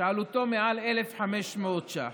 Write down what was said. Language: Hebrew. שעלותו מעל 1,500 ש"ח,